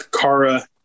Kara